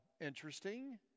interesting